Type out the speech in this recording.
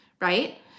right